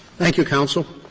thank you, counsel.